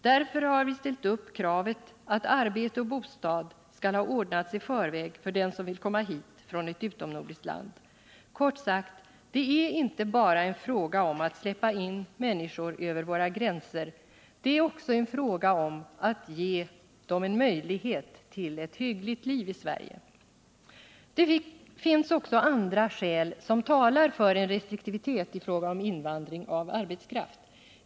Därför har vi ställt upp kravet att arbete och bostad skall ha ordnats i förväg för den som vill komma hit från ett utomnordiskt land. Kort sagt: Det är inte bara en fråga om att släppa in människor över våra gränser; det är också en fråga om att ge dem en möjlighet till ett hyggligt liv i Sverige. Det finns också andra skäl som talar för en restriktivitet i fråga om invandring av arbetskraft.